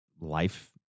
life